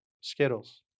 Skittles